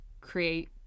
create